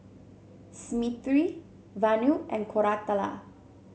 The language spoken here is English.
Smriti Vanu and Koratala